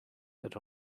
that